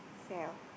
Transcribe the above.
sell